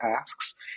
asks